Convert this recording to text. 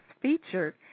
featured